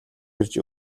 ирж